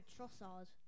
Trossard